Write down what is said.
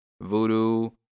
voodoo